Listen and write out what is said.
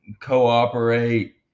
cooperate